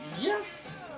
Yes